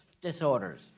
disorders